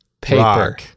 paper